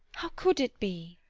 could it be?